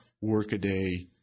workaday